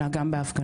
אלא גם בהפגנות.